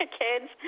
kids